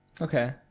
Okay